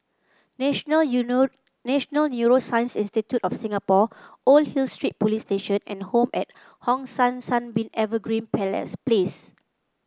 national National Neuroscience Institute of Singapore Old Hill Street Police Station and Home at Hong San Sunbeam Evergreen palace Place